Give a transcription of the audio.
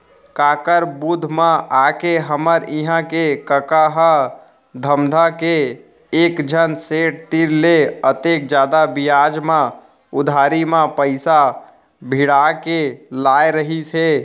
काकर बुध म आके हमर इहां के कका ह धमधा के एकझन सेठ तीर ले अतेक जादा बियाज म उधारी म पइसा भिड़ा के लाय रहिस हे